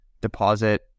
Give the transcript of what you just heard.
deposit